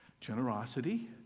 generosity